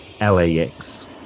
LAX